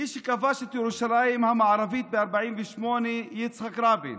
מי שכבש את ירושלים המערבית ב-48' היה יצחק רבין,